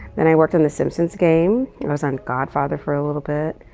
then i worked in the simpsons game, and i was on godfather for a little bit.